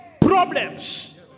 Problems